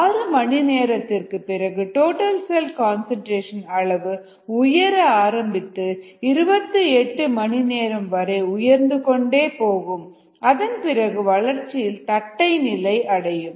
ஆறு மணி நேரத்திற்கு பிறகு டோட்டல் செல் கன்சன்ட்ரேஷன் அளவு உயர ஆரம்பித்து 28 மணி நேரம் வரை உயர்ந்து கொண்டு போகும் அதன் பிறகு வளர்ச்சியில் தட்டை நிலை அடையும்